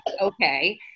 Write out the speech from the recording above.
okay